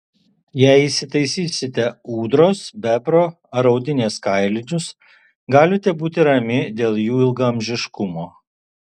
jei įsitaisysite ūdros bebro ar audinės kailinius galite būti rami dėl jų ilgaamžiškumo